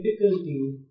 difficulty